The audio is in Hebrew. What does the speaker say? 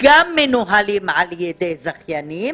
גם מנוהלים על ידי זכיינים,